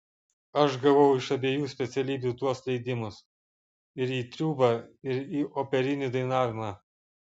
aš gavau iš abiejų specialybių tuos leidimus ir į triūbą ir į operinį dainavimą